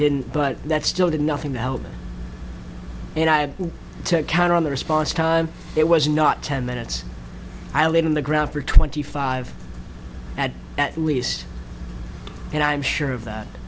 didn't but that still did nothing to help and i had to count on the response time it was not ten minutes i laid on the ground for twenty five at at least and i'm sure of that